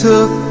Took